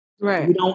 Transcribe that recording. Right